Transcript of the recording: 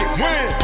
win